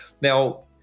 Now